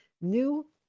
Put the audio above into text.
new